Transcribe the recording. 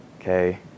okay